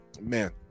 Man